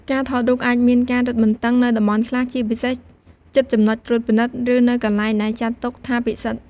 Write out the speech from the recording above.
ការថតរូបអាចមានការរឹតបន្តឹងនៅតំបន់ខ្លះ ជាពិសេស ជិតចំណុចត្រួតពិនិត្យ ឬនៅកន្លែងដែលចាត់ទុកថាពិសិដ្ឋ។